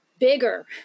bigger